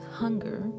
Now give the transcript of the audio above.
hunger